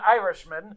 Irishman